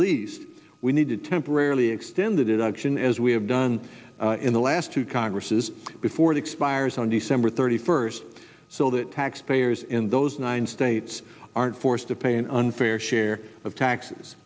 least we need to temporarily extended auction as we have done in the last two congresses before it expires on december thirty first so that taxpayers in those nine states aren't forced to pay an unfair share of taxes